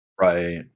Right